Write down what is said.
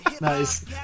Nice